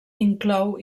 inclou